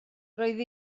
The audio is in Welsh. roedd